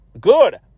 Good